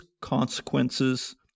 consequences